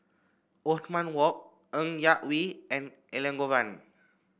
Othman Wok Ng Yak Whee and Elangovan